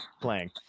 playing